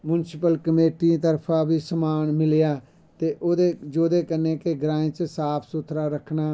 municipal कमेटियें तरफा बी समान मिलेआ ऐ ते जेह्दे करन्ने ग्राएं च साफ सुथरा रक्खना